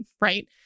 right